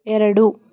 ಎರಡು